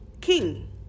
king